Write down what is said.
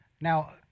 Now